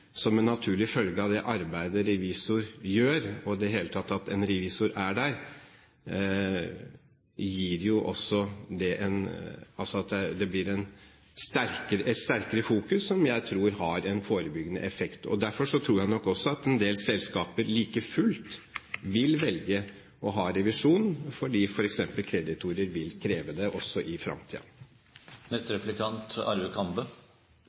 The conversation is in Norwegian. som en naturlig følge av det arbeidet revisor gjør, og i det hele tatt at en revisor er der, blir det et sterkere fokus, som jeg tror har en forebyggende effekt. Derfor tror jeg nok også at en del selskaper like fullt vil velge å ha revisjon, fordi f.eks. kreditorer vil kreve det også i